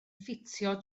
ffitio